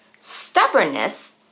Stubbornness